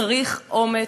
צריך אומץ,